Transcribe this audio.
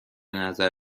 نظر